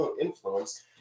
influence